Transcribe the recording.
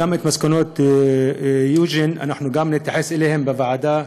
גם מסקנות יוג'ין, נתייחס אליהן בוועדה,